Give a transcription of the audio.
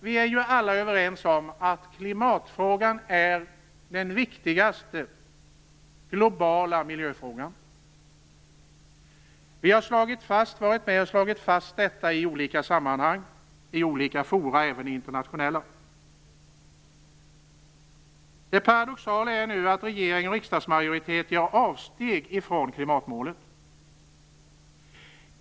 Vi är ju alla överens om att klimatfrågan är den viktigaste globala miljöfrågan. Vi har varit med och slagit fast detta i olika sammanhang, i olika forum, även internationella. Det paradoxala är nu att regeringen och riksdagsmajoriteten gör avsteg från klimatmålet.